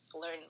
learn